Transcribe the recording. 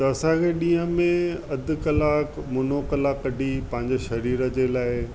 त अंसाखे ॾींहं में अधु कलाकु मुनो कलाकु कढी पंहिंजे शरीर जे लाइ